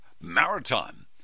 Maritime